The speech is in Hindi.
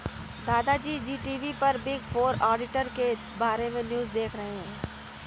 दादा जी टी.वी पर बिग फोर ऑडिटर के बारे में न्यूज़ देख रहे थे